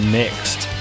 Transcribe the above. mixed